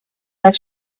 their